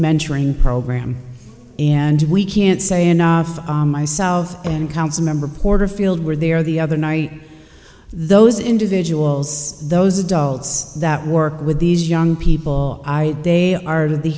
mentoring program and we can't say enough myself and council member porterfield were there the other night those individuals those adults that work with these young people they are the